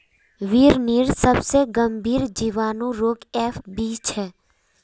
बिर्निर सबसे गंभीर जीवाणु रोग एफ.बी छे